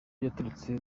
yaturutse